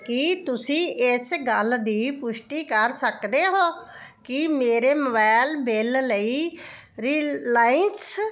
ਕੀ ਤੁਸੀਂ ਇਸ ਗੱਲ ਦੀ ਪੁਸ਼ਟੀ ਕਰ ਸਕਦੇ ਹੋ ਕਿ ਮੇਰੇ ਮੋਬਾਈਲ ਬਿੱਲ ਲਈ ਰਿਲਾਇੰਸ